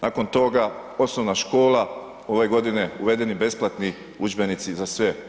Nakon toga osnovna škola, ove godine uvedeni besplatni udžbenici za sve.